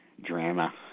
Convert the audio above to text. Drama